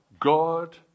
God